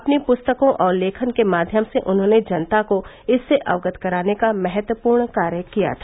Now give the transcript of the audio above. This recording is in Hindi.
अपनी पुस्तकों और लेखन के माध्यम से उन्होंने जनता को इससे अवगत कराने का महत्वपूर्ण कार्य किया था